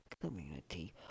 community